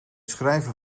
schrijven